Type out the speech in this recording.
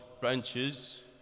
branches